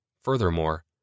Furthermore